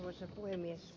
arvoisa puhemies